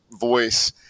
voice